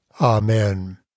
Amen